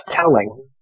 telling